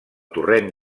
torrent